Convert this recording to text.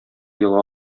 елга